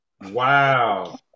Wow